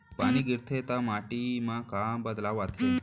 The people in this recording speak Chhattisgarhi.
पानी गिरथे ता माटी मा का बदलाव आथे?